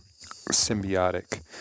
symbiotic